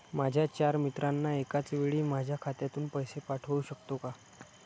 माझ्या चार मित्रांना एकाचवेळी माझ्या खात्यातून पैसे पाठवू शकतो का?